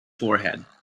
forehead